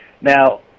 Now